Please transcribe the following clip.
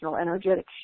energetic